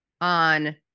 on